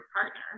partner